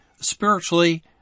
spiritually